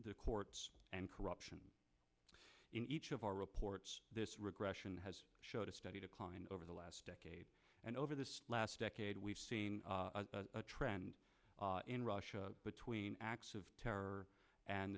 the courts and corruption in each of our reports this regression has showed a steady decline over the last decade and over the last decade we've seen a trend in russia between acts of terror and